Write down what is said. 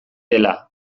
dela